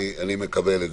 מקבל.